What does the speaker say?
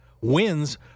wins